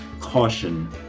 caution